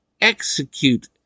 execute